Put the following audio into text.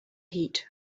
heat